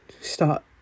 start